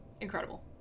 Incredible